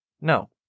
No